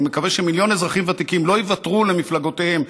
מיליון אזרחים ותיקים לא יוותרו למפלגותיהם,